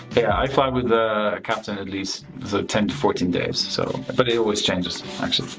yeah, i fly with a captain at least ten to fourteen days so. but it always changes, actually.